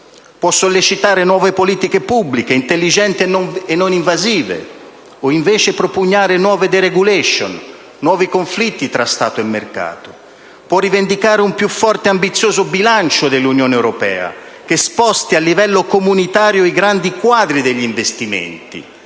Può sollecitare nuove politiche pubbliche, intelligenti e non invasive, o invece propugnare nuove *deregulation*, nuovi conflitti tra Stato e mercato. Può rivendicare un più forte e ambizioso bilancio dell'Unione europea, che sposti al livello comunitario i grandi quadri degli investimenti,